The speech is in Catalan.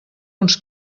uns